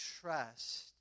trust